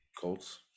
Colts